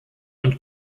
und